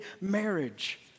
marriage